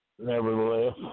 Nevertheless